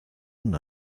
una